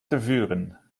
tervuren